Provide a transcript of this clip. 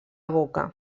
boca